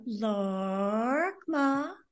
Larkma